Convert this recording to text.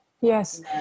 Yes